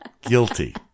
Guilty